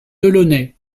delaunay